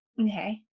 okay